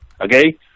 Okay